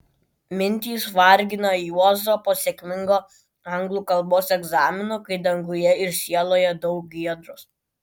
mintys vargina juozą po sėkmingo anglų kalbos egzamino kai danguje ir sieloje daug giedros